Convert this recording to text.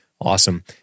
Awesome